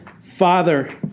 Father